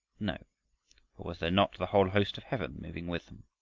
no! for was there not the whole host of heaven moving with them?